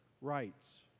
rights